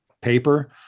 paper